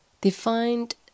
defined